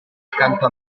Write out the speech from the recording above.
accanto